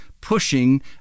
pushing